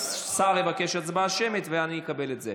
אז השר יבקש הצבעה שמית ואני אקבל את זה.